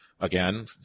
again